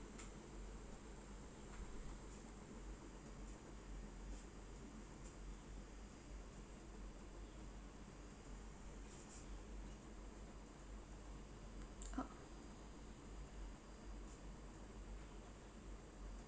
oh